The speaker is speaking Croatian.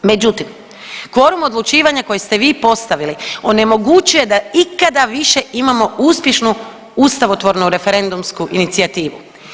Međutim, kvorum odlučivanja koji ste vi postavili onemogućuje da ikada više imamo uspješnu ustavotvornu referendumsku inicijativu.